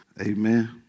Amen